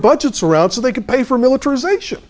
budgets around so they could pay for militarization